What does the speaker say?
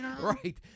Right